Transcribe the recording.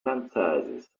franchises